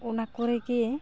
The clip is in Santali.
ᱚᱱᱟ ᱠᱚᱨᱮ ᱜᱮ